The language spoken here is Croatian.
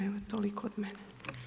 Evo toliko od mene.